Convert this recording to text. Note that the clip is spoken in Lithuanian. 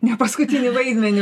ne paskutinį vaidmenį